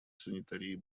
санитарии